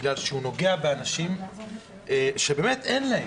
כי הוא נוגע באנשים שאין להם.